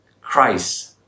Christ